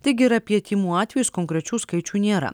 taigi ir apie tymų atvejus konkrečių skaičių nėra